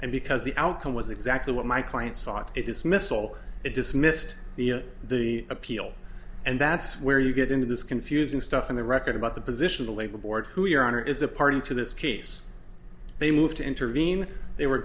and because the outcome was exactly what my client sought a dismissal it dismissed the the appeal and that's where you get into this confusing stuff in the record about the position of the labor board who your honor is a party to this case they moved to intervene they were